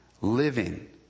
living